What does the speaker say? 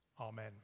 Amen